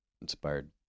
inspired